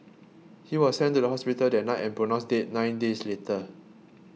he was sent to the hospital that night and pronounced dead nine days later